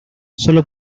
sólo